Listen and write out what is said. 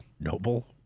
noble